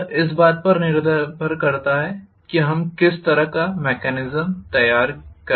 यह इस बात पर निर्भर करता है कि मैंने किस तरह का मैकेनिज्म तैयार किया है